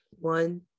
One